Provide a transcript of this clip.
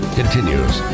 continues